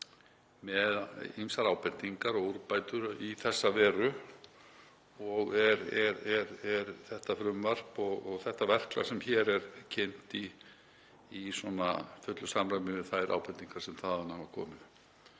með ýmsar ábendingar um úrbætur í þessa veru. Er þetta frumvarp og þetta verklag sem hér er kynnt í fullu samræmi við þær ábendingar sem þaðan hafa komið.